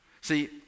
See